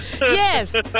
Yes